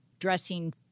Dressing